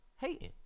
hating